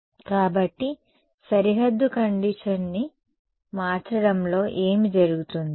కాబట్టి సరిహద్దు కండీషన్ ని మార్చడంలో ఏమి జరుగుతుంది